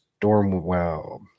Stormwell